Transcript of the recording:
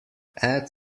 add